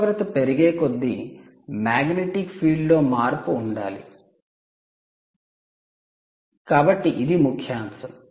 ఉష్ణోగ్రత పెరిగేకొద్దీ magnetic field లో మార్పు ఉండాలి కాబట్టి ఇది ముఖ్యాంశం